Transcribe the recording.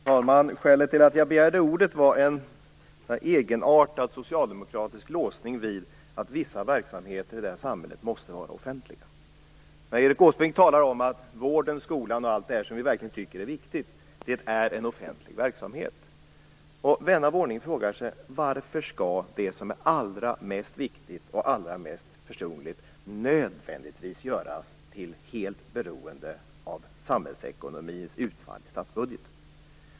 Fru talman! Skälet till att jag begärde ordet var en egenartad socialdemokratisk låsning vid att vissa verksamheter i samhället måste vara offentliga. Erik Åsbrink talar om att vården, skolan och allt det som vi verkligen tycker är viktigt är en offentlig verksamhet. Vän av ordningen frågar sig: Varför skall det som är allra viktigast och allra mest personligt nödvändigtvis göras helt beroende av samhällsekonomins utfall i statsbudgeten?